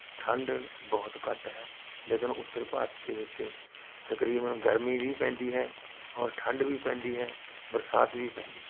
ਠੰਡ ਬਹੁਤ ਘੱਟ ਹੈ ਲੇਕਿਨ ਉੱਤਰ ਭਾਰਤ ਦੇ ਵਿੱਚ ਤਕਰੀਬਨ ਗਰਮੀ ਵੀ ਪੈਂਦੀ ਹੈ ਔਰ ਠੰਡ ਵੀ ਪੈਂਦੀ ਹੈ ਬਰਸਾਤ ਵੀ ਪੈਂਦੀ ਹੈ